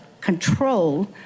control